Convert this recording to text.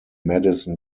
madison